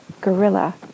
Gorilla